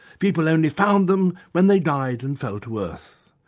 people only found them when they died and fell to earth.